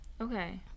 Okay